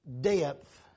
depth